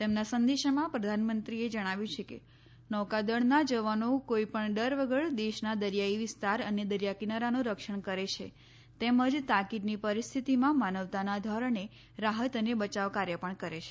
તેમના સંદેશામાં પ્રધાનમંત્રીએ જણાવ્યું છે કે નૌકાદળના જવાનો કોઈપણ ડર વગર દેશના દરિયાઈ વિસ્તાર અને દરિયા કિનારાનું રક્ષણ કરે છે તેમજ તાકીદની પરિસ્થિતિમાં માનવતાના ધોરણે રાહત અને બચાવ કાર્ય પણ કરે છે